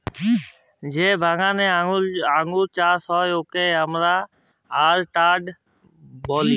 যে বাগালে আঙ্গুর চাষ হ্যয় উয়াকে আমরা অরচার্ড ব্যলি